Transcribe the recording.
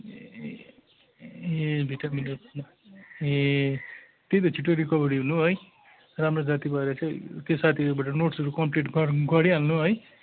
A A vitamin A त्यही त छिटो रिकभरी हुनु है राम्रो जाती भएर चाहिँ त्यो साथीहरूबाट नोट्सहरू कमप्लिट गर गरिहाल्नु है